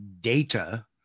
data